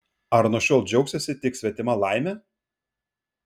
ar nuo šiol džiaugsiesi tik svetima laime